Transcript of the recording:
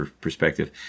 perspective